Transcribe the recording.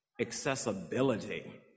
accessibility